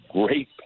great